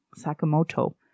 Sakamoto